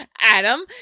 Adam